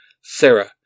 Sarah